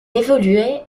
évoluait